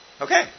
Okay